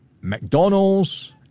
McDonald's